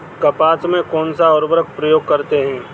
कपास में कौनसा उर्वरक प्रयोग करते हैं?